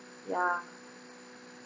ya